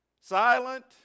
silent